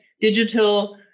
digital